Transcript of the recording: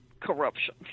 corruption